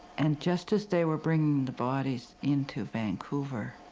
and just as they were bringing the bodies into vancouver,